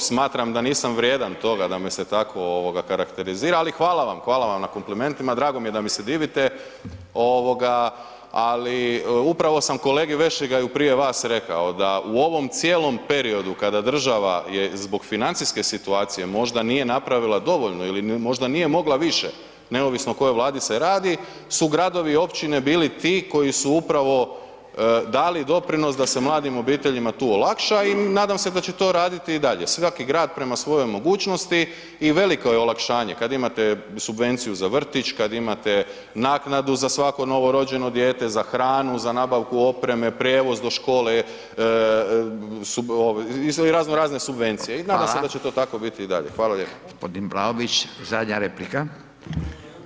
Smatram da nisam vrijedan toga da me se tako karakterizira ali hvala vam, hvala vam na komplimentima, drago mi je da mi se divite ali upravo sam kolegi Vešligaju prije vas rekao da u ovom cijelom periodu kada država je zbog financijske situacije možda nije napravila dovoljno ili možda nije mogla više, neovisno o kojoj Vladi se radi, su gradovi i općine bili ti koji su upravo dali doprinos da se mladim obiteljima tu olakša i nadam se da će to raditi i dalje, svaki grad prema svojoj mogućnosti i veliko je olakšanje kad imate subvenciju za vrtić, kad imate naknadu za svako novorođeno dijete, za hranu, za nabavku opreme, prijevoz do škole i razno razne subvencije i nadam se da će to tako biti i dalje.